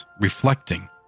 reflecting